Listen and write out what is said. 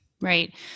Right